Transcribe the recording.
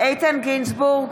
איתן גינזבורג,